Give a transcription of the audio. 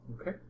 Okay